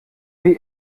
wie